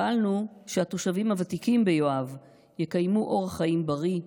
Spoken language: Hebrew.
פעלנו כך שהתושבים הוותיקים ביואב יקיימו אורח חיים בריא,